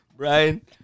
Brian